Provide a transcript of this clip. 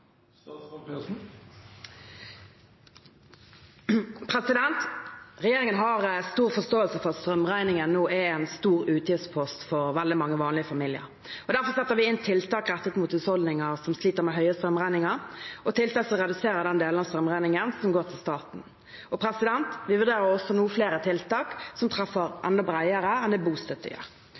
Regjeringen har stor forståelse for at strømregningen nå er en stor utgiftspost for veldig mange vanlige familier. Derfor setter vi inn tiltak rettet mot husholdninger som sliter med høye strømregninger, og tiltak som reduserer den delen av strømregningen som går til staten. Vi vurderer nå også flere tiltak som treffer enda bredere enn